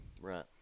Right